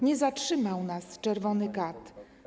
Nie zatrzymał nas czerwony kat.